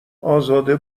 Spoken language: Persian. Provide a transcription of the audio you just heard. ازاده